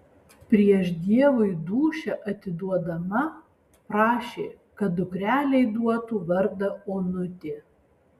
prieš dievui dūšią atiduodama prašė kad dukrelei duotų vardą onutė